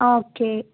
okay